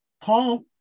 Paul